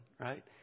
right